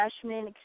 freshman